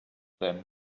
them